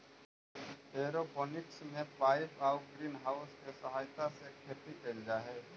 aeroponics में pipe आउ greenhouse के सहायता से खेती कैल जा हइ